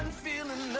film and